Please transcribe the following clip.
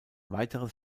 weiteres